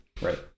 Right